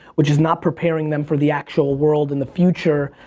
which is not preparing them for the actual world in the future.